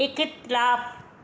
इख़्तिलाफ़ु